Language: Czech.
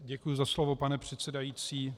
Děkuju za slovo, pane předsedající.